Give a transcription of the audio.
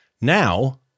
Now